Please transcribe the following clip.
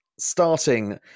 Starting